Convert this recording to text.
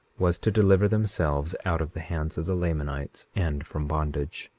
was to deliver themselves out of the hands of the lamanites and from bondage.